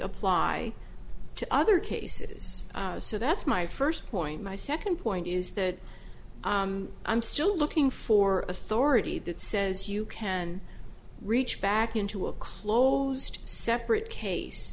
apply to other cases so that's my first point my second point is that i'm still looking for authority that says you can reach back into a closed separate case